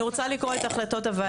אני רוצה לקרוא את החלטות הוועדה.